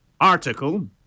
article